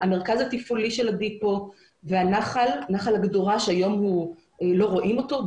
המרכז התפעולי של ה-דיפו והנחל שהיום לא רואים אותו,